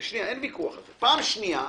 פעם שנייה,